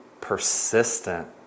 persistent